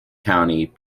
county